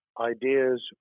ideas